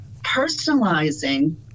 personalizing